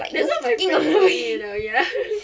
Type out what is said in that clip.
there's you know